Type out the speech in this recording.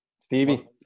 Stevie